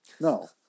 No